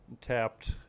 tapped